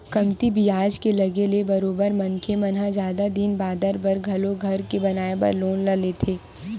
कमती बियाज के लगे ले बरोबर मनखे मन ह जादा दिन बादर बर घलो घर के बनाए बर लोन ल लेथे